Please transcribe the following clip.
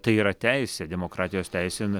tai yra teisė demokratijos teisė